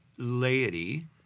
Laity